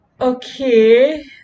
okay